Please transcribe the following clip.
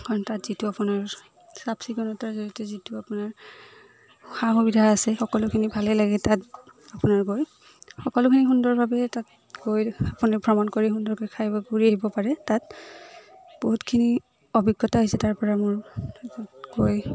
কাৰণ তাত যিটো আপোনাৰ চাফ চিকুণতাৰ জৰিয়তে যিটো আপোনাৰ সা সুবিধা আছে সকলোখিনি ভালেই লাগে তাত আপোনাৰ গৈ সকলোখিনি সুন্দৰভাৱে তাত গৈ আপুনি ভ্ৰমণ কৰি সুন্দৰকৈ খাই বৈ ফুৰি আহিব পাৰে তাত বহুতখিনি অভিজ্ঞতা হৈছে তাৰপৰা মোৰ গৈ